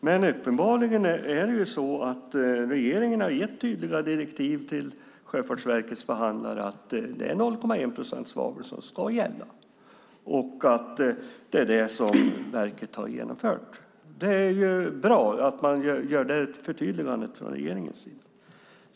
Men uppenbarligen har regeringen gett tydliga direktiv till Sjöfartsverkets förhandlare att det är 0,1 procents svavelnivå som ska gälla, och det är det som verket har genomfört. Det är bra att det förtydligandet görs från regeringens sida.